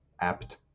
apt